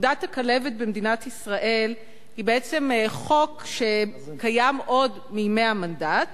פקודת הכלבת במדינת ישראל היא בעצם חוק שקיים עוד מימי המנדט